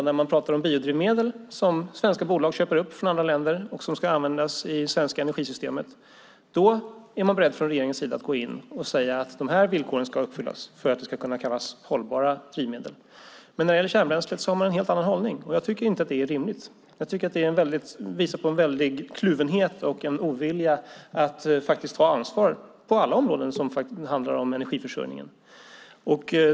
När det gäller biodrivmedel som svenska bolag köper upp i andra länder och som ska användas i det svenska energisystemet är man från regeringens sida beredd att gå in och säga: De här villkoren ska uppfyllas för att det ska gå att tala om hållbara drivmedel. När det gäller kärnbränslet har man en helt annan hållning. Jag tycker inte att det är rimligt. I stället visar det på en stor kluvenhet och på en ovilja att faktiskt ta ansvar på alla områden där det handlar om energiförsörjning.